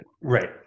Right